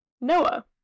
Noah